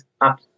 up